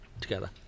together